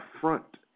front